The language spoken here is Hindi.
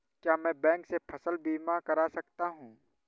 क्या मैं बैंक से फसल बीमा करा सकता हूँ?